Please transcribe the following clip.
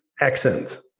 accent